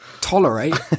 tolerate